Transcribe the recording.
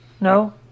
No